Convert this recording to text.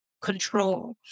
control